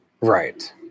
Right